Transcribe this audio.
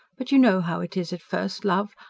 but you know how it is at first, love.